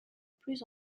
plus